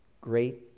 great